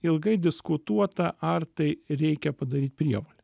ilgai diskutuota ar tai reikia padaryt prievolę